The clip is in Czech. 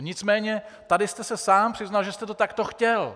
Nicméně tady jste se sám přiznal, že jste to takto chtěl.